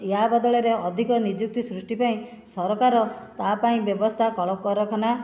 ୟା ବଦଳରେ ଅଧିକ ନିଯୁକ୍ତି ସୃଷ୍ଟି ପାଇଁ ସରକାର ତା ପାଇଁ ବ୍ୟବସ୍ଥା କଳ କାରଖାନା